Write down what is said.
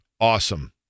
Awesome